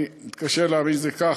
אני מתקשה להאמין שזה כך,